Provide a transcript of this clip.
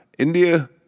India